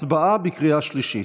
הצבעה בקריאה שלישית.